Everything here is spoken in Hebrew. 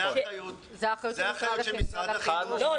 זאת האחריות של משרד החינוך.